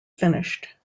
finished